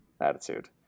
Attitude